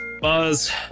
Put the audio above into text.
Buzz